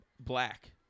black